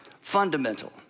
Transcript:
fundamental